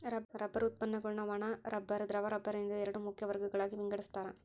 rubber ಉತ್ಪನ್ನಗುಳ್ನ ಒಣ rubber ದ್ರವ ರಬ್ಬರ್ ಎಂದು ಎರಡು ಮುಖ್ಯ ವರ್ಗಗಳಾಗಿ ವಿಂಗಡಿಸ್ತಾರ